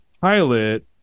pilot